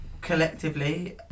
collectively